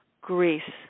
Greece